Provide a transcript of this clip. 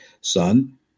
son